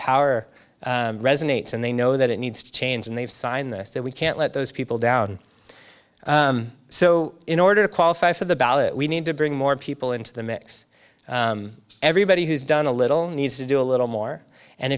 power resonates and they know that it needs to change and they've signed this that we can't let those people down so in order to qualify for the ballot we need to bring more people into the mix everybody who's done a little need to do a little more and